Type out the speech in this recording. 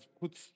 put